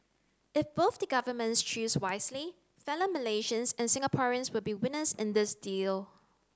if both the governments choose wisely fellow Malaysians and Singaporeans will be winners in this deal